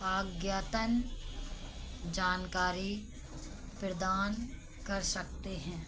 अद्यतन जानकारी प्रदान कर सकते हैं